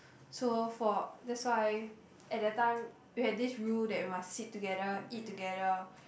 so for that's why at that time we had this rule that we must sit together eat together